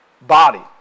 body